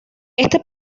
este